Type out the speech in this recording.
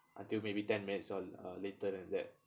until maybe ten minutes or uh later than that